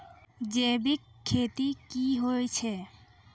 जैविक खेती की होय छै?